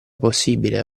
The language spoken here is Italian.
possibile